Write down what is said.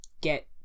get